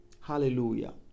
Hallelujah